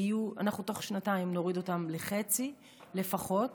אנחנו תוך שנתיים נוריד אותן לחצי לפחות,